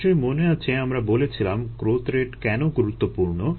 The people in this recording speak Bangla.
নিশ্চয় মনে আছে আমরা বলেছিলাম গ্রোথ রেট কেন গুরুত্বপূর্ণ